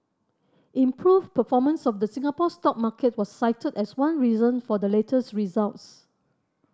improved performance of the Singapore stock market was cited as one reason for the latest results